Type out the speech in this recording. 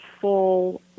full